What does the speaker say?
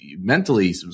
mentally